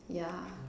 yeah